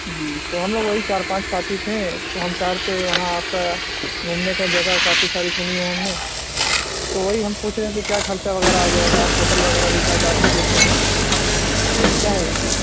جی تو ہم لوگ وہی چار پانچ ساتھی تھے تو ہم چاہ رہے تھے وہاں آپ کا گھومنے کا جگہ کافی ساری سنی ہیں ہم نے تو وہی ہم پوچھ رہے تھے کیا خرچہ وغیرہ آ جائے گا آپ ہوٹل وغیرہ بھی شاید آپ ہی دیتے ہیں کیا ہے وہاں پہ